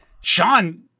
Sean